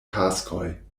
taskoj